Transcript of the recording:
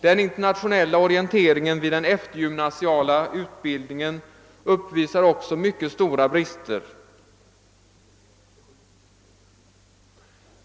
Den internationella orienteringen vid den eftergymnasiala utbildningen uppvisar också mycket stora brister.